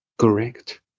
correct